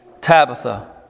Tabitha